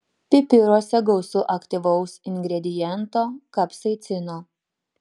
pipiruose gausu aktyvaus ingrediento kapsaicino